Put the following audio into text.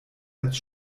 als